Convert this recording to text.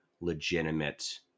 legitimate